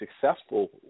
successful